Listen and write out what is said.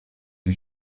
you